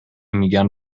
میگن